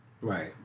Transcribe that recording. right